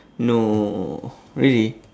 no really